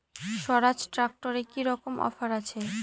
স্বরাজ ট্র্যাক্টরে কি রকম অফার আছে?